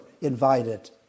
invited